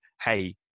hey